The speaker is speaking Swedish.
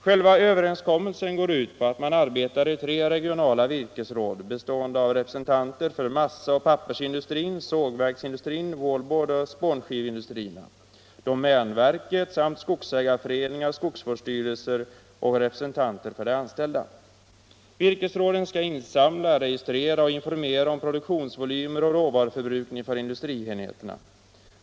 Själva överenskommelsen går ut på att man arbetar i tre regionala virkesråd, bestående av representanter för massaoch pappersindustrin, sågverksindustrin, wallboardoch spånskiveindustrierna, domänverket samt skogsägareföreningar, skogsvårdsstyrelser och representanter för de anställda. Virkesråden skall insamla och registrera uppgifter samt informera om produktionsvolymer och råvaruförbrukning för industrienheterna.